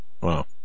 Wow